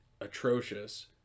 atrocious